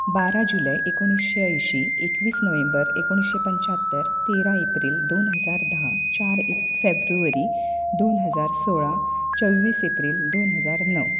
बारा जुलय एकुणशें अयशीं एकवीस नोव्हेंबर एकुणशें पंच्यात्तर तेरा एप्रिल दोन हजार धा चार फेब्रुवारी दोन हजार सोळा चोव्वीस एप्रिल दोन हजार णव